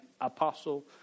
apostle